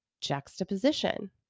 juxtaposition